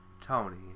Tony